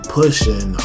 pushing